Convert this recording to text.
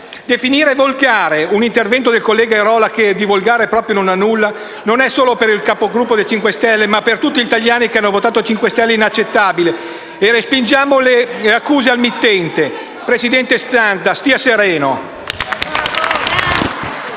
definire volgare un intervento del collega Airola che di volgare proprio non ha nulla è, non solo per il Capogruppo del Movimento 5 Stelle, ma per tutti gli italiani che hanno votato il Movimento 5 Stelle, inaccettabile. Respingiamo le accuse al mittente. Presidente Zanda, stia sereno!